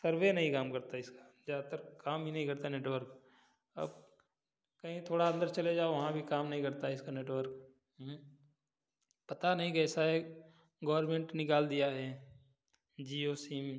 सर्वे नहीं काम करता इसका ज़्यादा काम ही नहीं करता नेटवर्क अब कहीं थोड़ा अंदर चले जाओ वहाँ भी काम नहीं करता इसका नेटवर्क पता नहीं कैसा एक गौरमेंट निकाल दिया है जियो सिम